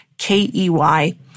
K-E-Y